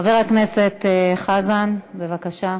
חבר הכנסת חזן, בבקשה.